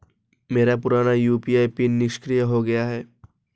मेरा पुराना UPI PIN निष्क्रिय हो गया है